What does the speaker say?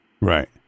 Right